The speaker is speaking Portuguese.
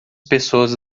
pessoas